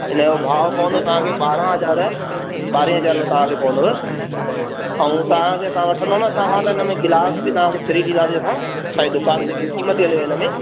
इन यो भाव पवंदुव तांखे ॿारहं हजार ॿारहें हजार में तां खे पवंदुव अऊं तां खे असां वठंदव न असां खां त इन में गिलास बि तां खे फिरी ॾींदासे असां छाहे दुकान ते स्कीम ती हलेव हिन में